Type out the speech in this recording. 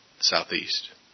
southeast